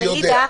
אני יודע.